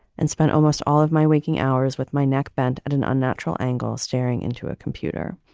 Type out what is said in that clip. and spent almost all of my waking hours with my neck bent at an unnatural angle, staring into a computer.